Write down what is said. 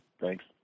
thanks